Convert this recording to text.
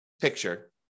picture